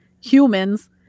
humans